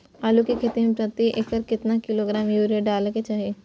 आलू के खेती में प्रति एकर केतना किलोग्राम यूरिया डालय के चाही?